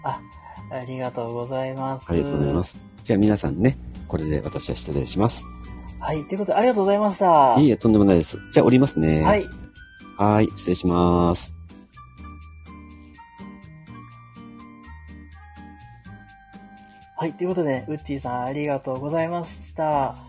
あ、ありがとうございます。ありがとうございます。じゃあ皆さんね、これで私は失礼します。はい、ということでありがとうございました。いいえ、とんでもないです。じゃあ降りますね。はい。はーい、失礼します。はい、ということで、うっちーさんありがとうございました。